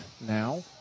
now